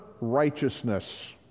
righteousness